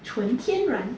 纯天然